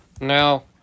Now